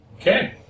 Okay